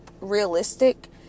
realistic